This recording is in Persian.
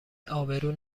ابرو